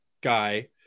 guy